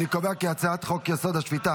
אני קובע כי הצעת חוק-יסוד: השפיטה